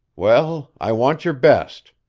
well, i want your best.